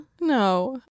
No